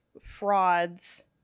frauds